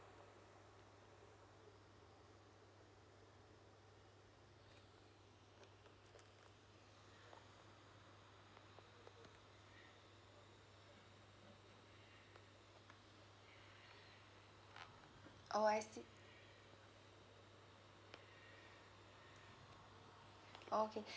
oh I see oh okay